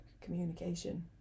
communication